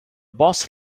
boss